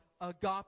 agape